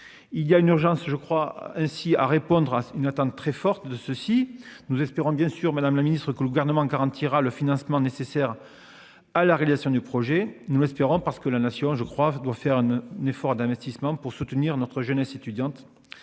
Il y a une urgence, je crois. Ainsi à répondre à une attente très forte de ceux-ci, nous espérons bien sûr Madame la Ministre que le gouvernement garantira le financement nécessaire. À la réalisation du projet. Nous espérons parce que la nation je crois doit faire n'effort d'investissement pour soutenir notre jeunesse étudiante.